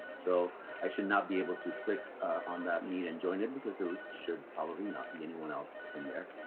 so i should not be able to click on that meet and join it because there should probably not be anyone else in there.